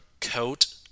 coat